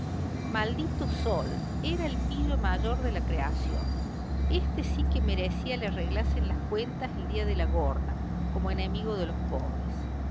maldito sol era el pillo mayor de la creación éste sí que merecía le arreglasen las cuentas el día de la gorda como enemigo de los pobres